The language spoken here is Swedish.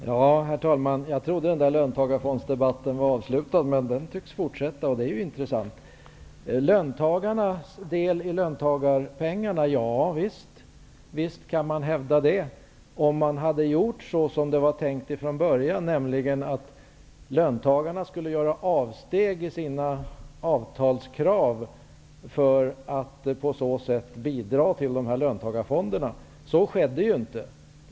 Herr talman! Jag trodde att löntagarfondsdebatten var avslutad, men den tycks fortsätta, och det är intressant. Visst kan man hävda att löntagarna har del i löntagarfondspengarna, om man hade gjort som det var tänkt från början, nämligen att löntagarna skulle göra avsteg från sina avtalskrav för att bidra till löntagarfonderna. Så skedde inte.